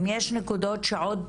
אם יש נקודות שעוד